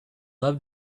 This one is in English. love